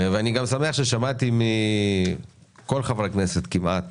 אני גם שמח ששמעתי מכל חברי הכנסת כמעט